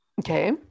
Okay